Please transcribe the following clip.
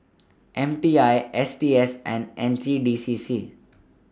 M T I S T S and N C D C C